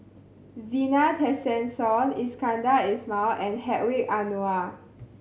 Zena Tessensohn Iskandar Ismail and Hedwig Anuar